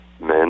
men